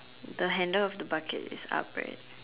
the handle of the bucket is up right